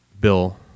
Bill